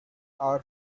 our